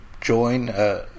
join